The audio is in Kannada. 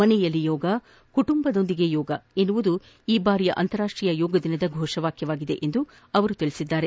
ಮನೆಯಲ್ಲಿ ಯೋಗ ಕುಟುಂಬದೊಂದಿಗೆ ಯೋಗ ಎಂಬುದು ಈ ಬಾರಿಯ ಅಂತಾರಾಷ್ಟೀಯ ಯೋಗದಿನದ ಘೋಷವಾಕ್ವವಾಗಿದೆ ಎಂದು ಅವರು ಪೇಳದ್ದಾರೆ